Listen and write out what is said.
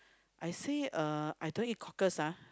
I say uh I don't eat cockles ah